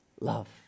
love